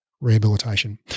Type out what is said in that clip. Rehabilitation